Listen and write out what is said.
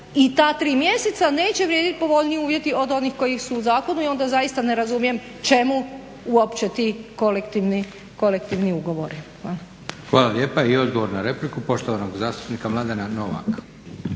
i ta tri mjeseca neće vrijediti povoljniji uvjeti od onih koji su u zakonu i onda zaista ne razumijem čemu uopće ti kolektivni ugovori. Hvala. **Leko, Josip (SDP)** Hvala lijepa. I odgovor na repliku poštovanog zastupnika Mladena Novaka.